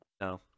No